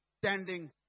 standing